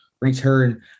return